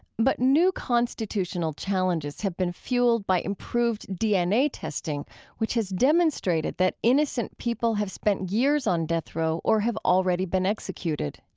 but new constitutional challenges have been fueled by improved dna testing which has demonstrated that innocent people have spent years on death row or have already been executed.